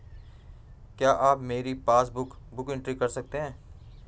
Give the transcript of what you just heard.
क्या आप मेरी पासबुक बुक एंट्री कर सकते हैं?